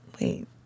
wait